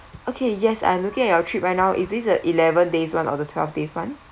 okay yes I'm looking at your trip right now is this a eleven days one or the twelve days one